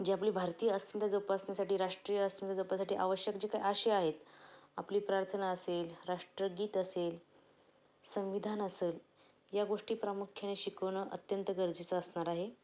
जे आपली भारतीय अस्मिता जोपासण्यासाठी राष्ट्रीय अस्मिता जोपासण्यासाठी आवश्यक जे काय अशी आहेत आपली प्रार्थना असेल राष्ट्रगीत असेल संविधान असेल या गोष्टी प्रामुख्याने शिकवणं अत्यंत गरजेचं असणार आहे